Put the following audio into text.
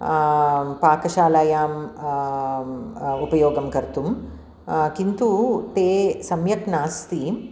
पाकशालायां उपयोगं कर्तुम् किन्तु ते सम्यक् नास्ति